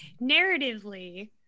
narratively